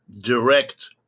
direct